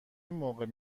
موقع